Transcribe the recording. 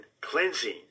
cleansing